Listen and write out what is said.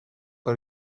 par